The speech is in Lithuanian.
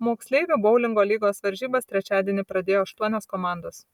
moksleivių boulingo lygos varžybas trečiadienį pradėjo aštuonios komandos